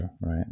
right